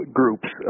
groups